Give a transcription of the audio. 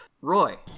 Roy